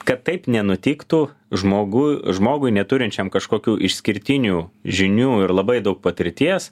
kad taip nenutiktų žmogu žmogui neturinčiam kažkokių išskirtinių žinių ir labai daug patirties